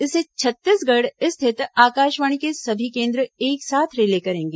इसे छत्तीसगढ़ स्थित आकाशवाणी के सभी केंद्र एक साथ रिले करेंगे